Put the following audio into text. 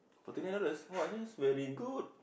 for twenty dollars !wah! that's very good